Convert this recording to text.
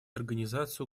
организацию